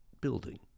building